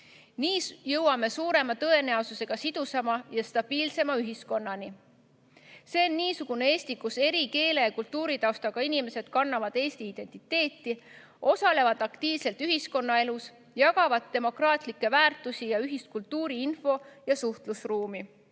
Nii jõuame suurema tõenäosusega sidusama ja stabiilsema ühiskonnani. See on niisugune Eesti, kus eri keele‑ ja kultuuritaustaga inimesed kannavad Eesti identiteeti, osalevad aktiivselt ühiskonnaelus, jagavad demokraatlikke väärtusi ja ühist kultuuri‑, info‑ ja suhtlusruumi,